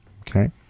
Okay